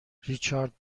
ریچارد